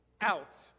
out